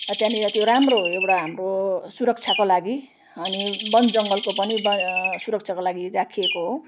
त्यहाँनिर त्यो राम्रो एउटा हाम्रो सुरक्षाको लागि अनि वनजङ्गलको पनि सुरक्षाको लागि राखिएको हो